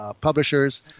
publishers